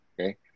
okay